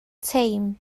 teim